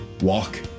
walk